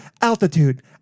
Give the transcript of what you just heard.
Altitude